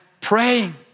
praying